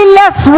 less